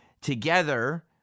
together